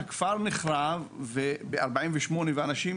שקודם הכפר נחרב ב-1948 ואנשים